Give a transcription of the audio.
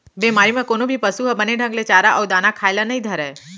बेमारी म कोनो भी पसु ह बने ढंग ले चारा अउ दाना खाए ल नइ धरय